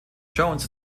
jones